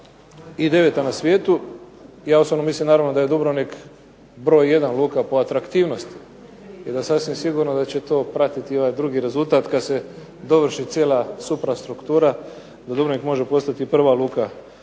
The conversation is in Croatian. i deveta na svijetu. Ja osobno mislim naravno da je Dubrovnik broj jedan luka po atraktivnosti i da sasvim sigurno da će to pratiti i ovaj drugi rezultat kad se dovrši cijela suprastruktura da Dubrovnik može postati prva luka